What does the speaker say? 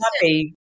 happy